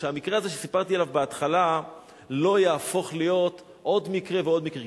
שהמקרה הזה שסיפרתי עליו בהתחלה לא יהפוך להיות עוד מקרה ועוד מקרה.